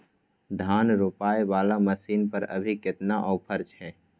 धान रोपय वाला मसीन पर अभी केतना ऑफर छै?